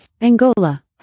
Angola